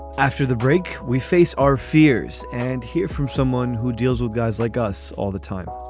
after the break, we face our fears and hear from someone who deals with guys like us all the time